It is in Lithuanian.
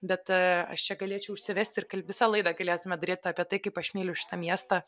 bet aš čia galėčiau užsivesti ir kal visą laidą galėtume daryt apie tai kaip aš myliu šitą miestą